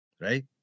right